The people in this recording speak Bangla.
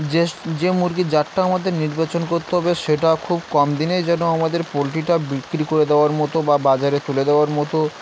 যে যে মুরগির জাতটা আমাদের নির্বাচন করতেে হবে সেটা খুব কম দিনেই যেন আমাদের পোলটি্রিটা বিক্রি করে দেওয়ার মতো বা বাজারে তুলে দেওয়ার মতো